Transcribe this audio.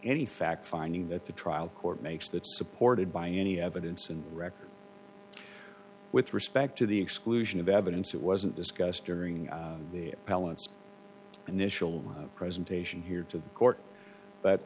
any fact finding that the trial court makes that supported by any evidence and record with respect to the exclusion of evidence that wasn't discussed during the palettes initial presentation here to the court but